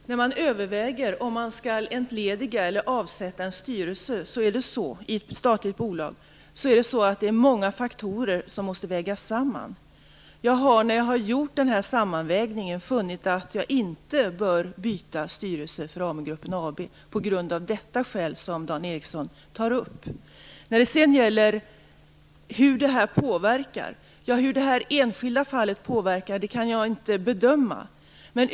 Fru talman! När man överväger om man skall entlediga eller avsätta en styrelse i ett statligt bolag måste många faktorer vägas samman. Jag har, när jag gjort denna sammanvägning, funnit att jag inte bör byta styrelse för AMU-gruppen AB på grund av det skäl som Dan Ericsson tar upp. Jag kan inte bedöma hur detta enskilda fall påverkar lönebildningsprocessen.